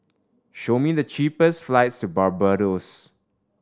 show me the cheapest flights to Barbados